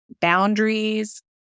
boundaries